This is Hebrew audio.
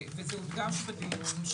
וזה הודגש בדיון,